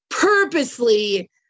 purposely